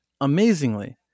Amazingly